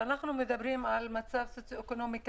כשאנחנו מדברים על מצב אקונומי קשה,